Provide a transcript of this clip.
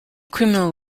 criminal